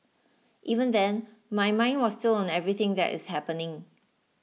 even then my mind was still on everything that is happening